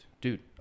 Dude